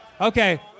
Okay